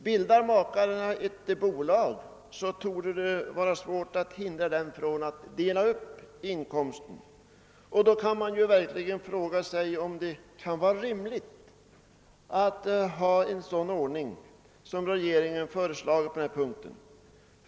Bildar makarna ett bolag torde det vara svårt att hindra dem från att dela upp inkomsten, och då kan man fråga sig om det är rimligt med den av regeringen föreslagna ordningen.